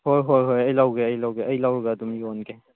ꯍꯣꯏ ꯍꯣꯏ ꯍꯣꯏ ꯑꯩ ꯂꯧꯒꯦ ꯑꯩ ꯂꯧꯒꯦ ꯑꯩ ꯂꯧꯔꯒ ꯑꯗꯨꯝ ꯌꯣꯟꯒꯦ